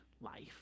life